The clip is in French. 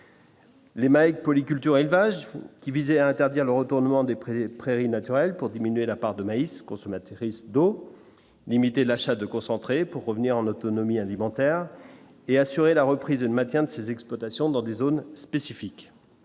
Les mecs polyculture élevage qui visait à interdire le retournement des prix des prairies naturelles pour diminuer la part de maïs consommatrice d'eau, limiter l'achat de concentrer pour revenir en autonomie alimentaire et assurer la reprise et le maintien de ces exploitations dans des zones spécifiques.